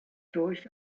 durch